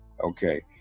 Okay